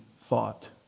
thought